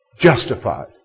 Justified